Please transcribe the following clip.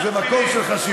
אז זה מקום של חשיבות.